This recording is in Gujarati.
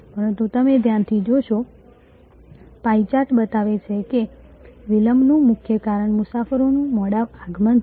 પરંતુ તમે ધ્યાનથી જોશો સમયનો સંદર્ભ લો 1401 પાઈ ચાર્ટ બતાવે છે કે વિલંબનું મુખ્ય કારણ મુસાફરોનું મોડા આગમન છે